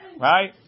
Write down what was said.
right